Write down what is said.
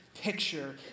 picture